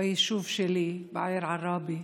ביישוב שלי בעיר עראבה,